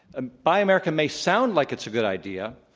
ah buy america may sound like it's a good idea,